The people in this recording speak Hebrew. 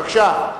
בבקשה.